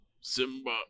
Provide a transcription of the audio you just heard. Simba